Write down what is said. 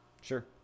Sure